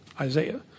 Isaiah